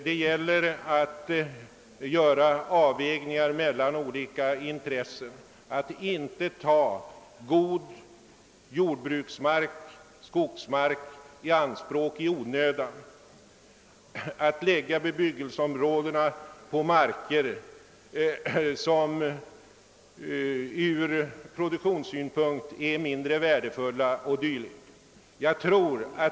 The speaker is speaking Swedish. Det gäller att väga olika intressen mot varandra och att inte i onödan ta i anspråk godjordbruksoch skogsbruksmark och i stället lägga bostadsområden på ur produktionssynpunkt mindre värdefull mark.